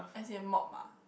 as in mop ah